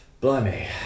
Blimey